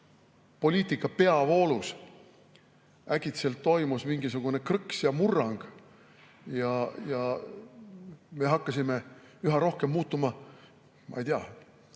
poliitika peavoolus äkitselt toimus mingisugune krõks ja murrang ja me hakkasime üha rohkem muutuma, ma ei tea,